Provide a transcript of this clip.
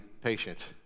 patient